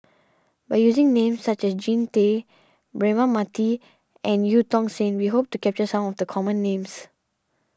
by using names such as Jean Tay Braema Mathi and Eu Tong Sen we hope to capture some of the common names